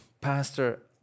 pastor